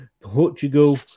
Portugal